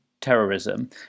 terrorism